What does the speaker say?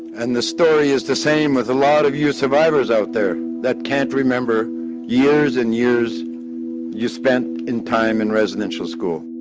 and the story is the same with a lot of you survivors out there that can't remember years and years you spent in time in residential school.